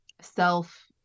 self